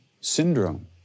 syndrome